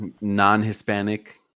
non-Hispanic